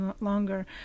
longer